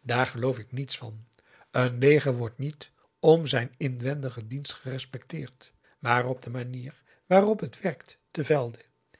daar geloof ik niets van een leger wordt niet om zijn inwendigen dienst gerespecteerd maar om de manier waarop het werkt te velde